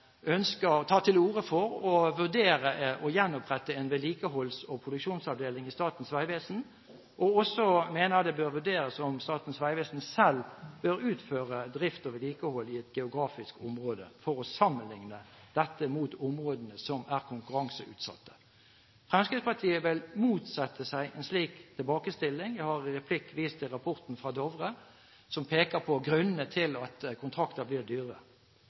til orde for «å vurdere å gjenopprette en vedlikeholds- og produksjonsavdeling i Statens vegvesen», samt at det «bør vurderes om Statens vegvesen selv bør utføre drift og vedlikehold i et geografisk område for å sammenlikne dette mot de områdene som er konkurranseutsatte». Fremskrittspartiet vil motsette seg en slik tilbakestilling. Jeg har i en replikk vist til rapporten fra Dovre Group, som peker på grunnene til at kontrakter blir